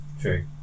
True